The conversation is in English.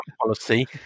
policy